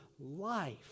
life